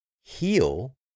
heal